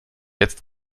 jetzt